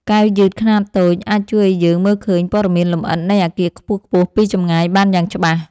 កែវយឺតខ្នាតតូច អាចជួយឱ្យយើងមើលឃើញព័ត៌មានលម្អិតនៃអាគារខ្ពស់ៗពីចម្ងាយបានយ៉ាងច្បាស់។